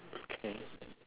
okay